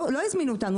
לא הזמינו אותנו,